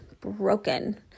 broken